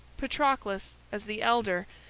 patroclus, as the elder,